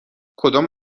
کدام